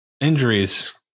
injuries